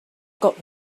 got